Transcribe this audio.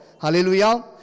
Hallelujah